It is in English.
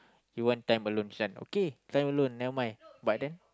you want time alone friend okay time alone never mind but then